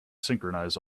synchronize